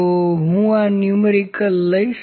તો હું આ ન્યુમેરિલકલ લઈશ